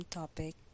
topic